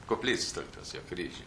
koplytstulpius jo kryžiai